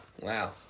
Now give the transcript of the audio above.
Wow